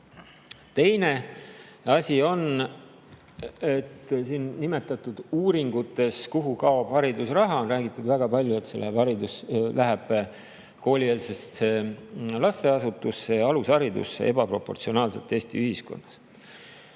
Teine asi on, et siin nimetatud uuringutes, kuhu kaob haridusraha, on räägitud väga palju, et see läheb koolieelsetesse lasteasutustesse ja alusharidusse ebaproportsionaalselt Eesti ühiskonnas.